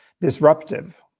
disruptive